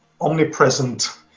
omnipresent